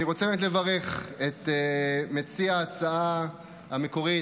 אני רוצה באמת לברך את מציע ההצעה המקורי,